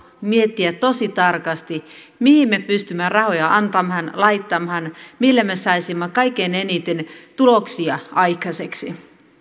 miettiä tosi tarkasti mihin me pystymme rahoja antamaan laittamaan millä me saisimme kaikkein eniten tuloksia aikaiseksi